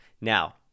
now